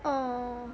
oh